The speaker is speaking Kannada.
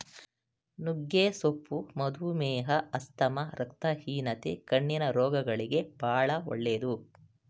ನುಗ್ಗೆ ಸೊಪ್ಪು ಮಧುಮೇಹ, ಆಸ್ತಮಾ, ರಕ್ತಹೀನತೆ, ಕಣ್ಣಿನ ರೋಗಗಳಿಗೆ ಬಾಳ ಒಳ್ಳೆದು